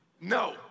No